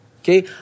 Okay